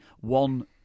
one